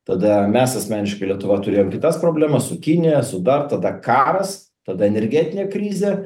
tada mes asmeniškai lietuva turėjom kitas problemas su kinija su dar tada karas tada energetinė krizė